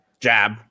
jab